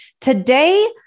Today